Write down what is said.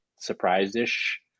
surprise-ish